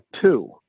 two